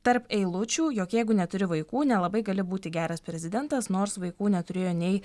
tarp eilučių jog jeigu neturi vaikų nelabai gali būti geras prezidentas nors vaikų neturėjo nei